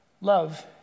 love